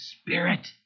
Spirit